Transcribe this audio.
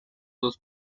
dos